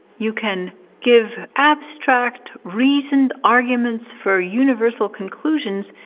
you can give abstract, reasoned arguments for universal conclusions,